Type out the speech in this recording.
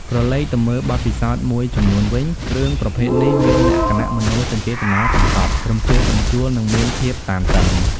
ក្រឡេកទៅមើលបទពិសោធមួយចំនួនវិញ រឿងប្រភេទនេះមានលក្ខណៈមនោសញ្ចេតនាកម្សត់ រំជើបរំជួល និងមានភាពតានតឹង។